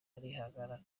arihangana